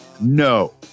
No